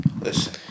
Listen